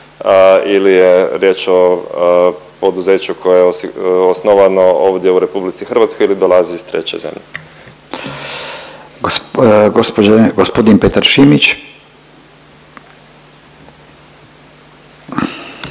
ili je riječ o poduzeću koje je osnovano ovdje u RH ili dolazi iz treće zemlje. **Radin, Furio